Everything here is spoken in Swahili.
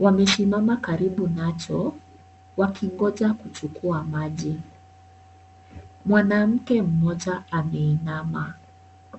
wamesimama karibu nacho wakingoja kuchukua maji mwanamke mmoja ameinama.